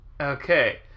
Okay